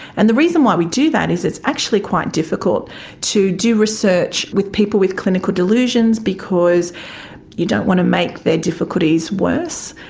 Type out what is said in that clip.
and the reason why we do that is it's actually quite difficult to do research with people with clinical delusions because you don't want to make their difficulties worse.